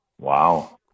Wow